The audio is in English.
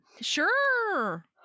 sure